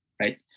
right